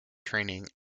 training